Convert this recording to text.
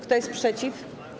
Kto jest przeciw?